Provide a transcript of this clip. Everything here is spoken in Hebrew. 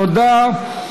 תודה.